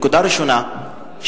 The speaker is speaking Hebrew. נקודה ראשונה,